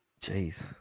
Jeez